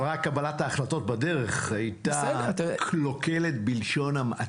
רק קבלת ההחלטות בדרך הייתה קלוקלת בלשון המעטה.